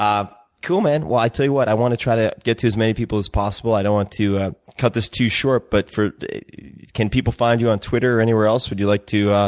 um cool, man. well, i tell you what. i want to try to get to as many people as possible. i don't want to ah cut this too short, but can people find you on twitter or anywhere else? would you like to